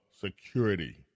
security